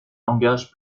langage